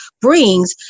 brings